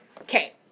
Okay